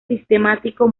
sistemático